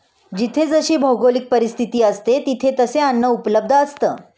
जिथे जशी भौगोलिक परिस्थिती असते, तिथे तसे अन्न उपलब्ध असतं